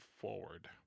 forward